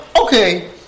Okay